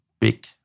big